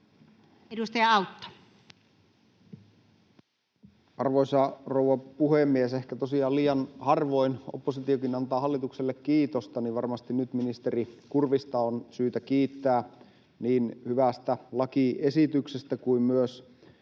Edustaja Autto. Arvoisa rouva puhemies! Ehkä tosiaan liian harvoin oppositiokin antaa hallitukselle kiitosta, joten varmasti nyt ministeri Kurvista on syytä kiittää niin hyvästä lakiesityksestä kuin myös